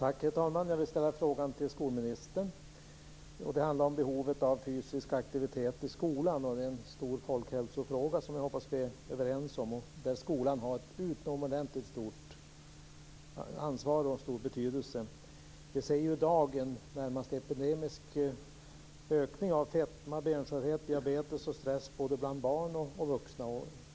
Herr talman! Jag vill ställa en fråga till skolministern. Den handlar om behovet av fysisk aktivitet i skolan. Det är en stor folkhälsofråga, och jag hoppas att vi är överens om det. Skolan har ett utomordentligt ansvar och en stor betydelse här. I dag kan vi se en närmast epidemisk ökning av fetma, benskörhet, diabetes och stress både bland barn och vuxna.